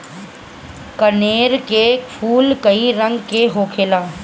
कनेर के फूल कई रंग के होखेला